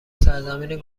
سرزمین